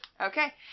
Okay